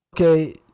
Okay